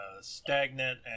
stagnant